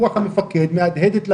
רוח המפקד מהדהדת להם: